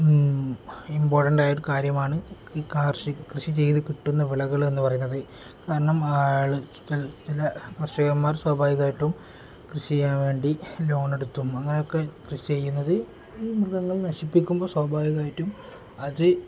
important ആയ ഒരു കാര്യമാണ് ഈ കൃഷി ചെയ്ത് കിട്ടുന്ന വിളകൾ എന്ന് പറയുന്നത് കാരണം ആൾ ചല കർഷകന്മാർ സ്വാഭാവികമായിട്ടും കൃഷി ചെയ്യാൻ വേണ്ടി ലോണെടുത്തും അങ്ങനെയൊക്കെ കൃഷി ചെയ്യുന്നത് ഈ മൃഗങ്ങൾ നശിപ്പിക്കുമ്പോൾ സ്വാഭാവികമായിട്ടും അത്